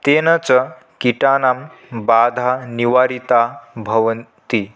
तेन च कीटानां बाधाः निवरिताः भवन्ति